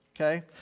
okay